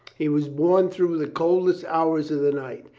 he was borne through the coldest hours of the night.